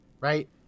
right